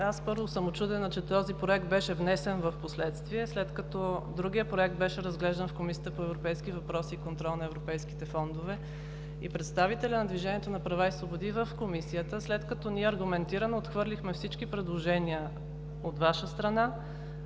първо съм учудена, че този проект беше внесен впоследствие, след като другият проект беше разглеждан в Комисията по европейските въпроси и контрол на европейските фондове и представителят на „Движението за права и свободи“ в Комисията, след като ние аргументирано отхвърлихме всички предложения от Ваша страна,